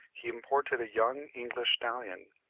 he imported a young english stallion,